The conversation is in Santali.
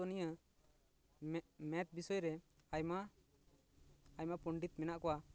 ᱛᱚ ᱱᱤᱭᱟᱹ ᱢᱮᱫ ᱵᱤᱥᱳᱭ ᱨᱮ ᱟᱭᱢᱟ ᱟᱭᱢᱟ ᱯᱚᱸᱰᱤᱛ ᱢᱮᱱᱟᱜ ᱠᱚᱣᱟ